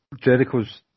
Jericho's